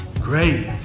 great